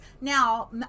Now